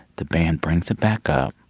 the band brings it back up.